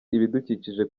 ibidukikije